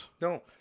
No